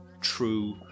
true